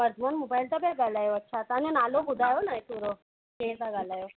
तव्हां वर्धमान मोबाइल ता पिया ॻाल्हायो अच्छा तव्हांजो नालो ॿुधायो न थोरो केरु था ॻाल्हायो